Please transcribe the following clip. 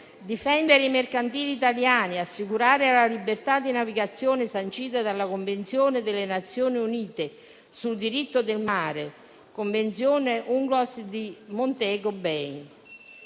Difendere i mercantili italiani, assicurare la libertà di navigazione sancita dalla Convenzione delle Nazioni Unite sul diritto del mare - la Convenzione UNCLOS di Montego Bay